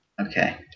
Okay